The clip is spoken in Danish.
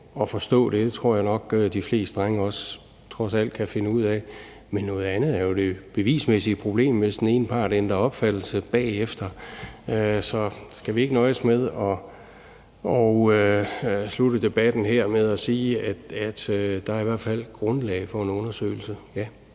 at forstå det, og det tror jeg nok også de fleste drenge trods alt kan finde ud af, men noget andet er jo det bevismæssige problem, hvis den ene part bagefter ændrer opfattelse. Så skal vi ikke nøjes med at slutte debatten her af med at sige, at der i hvert fald er grundlag for en undersøgelse?